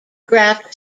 graft